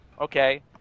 okay